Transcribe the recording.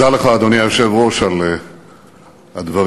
אדוני היושב-ראש, על הדברים